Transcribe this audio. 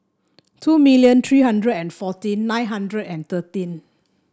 two million three hundred and fourteen nine hundred and thirteen